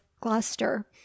gloucester